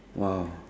!wow!